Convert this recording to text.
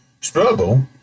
struggle